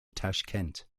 tashkent